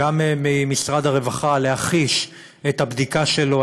גם ממשרד הרווחה להחיש את הבדיקה שלו,